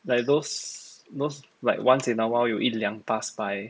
like those those like once in a while 有一辆 pass by